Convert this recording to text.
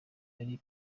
ari